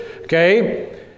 Okay